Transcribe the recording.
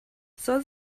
soll